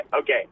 Okay